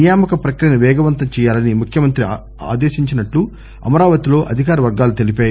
నియామక ప్రక్రియను పేగవంతం చేయాలని ముఖ్యమంత్రి ఆదేశించినట్లు అమరావతిలో అధికారవర్గాలు తెలిపాయి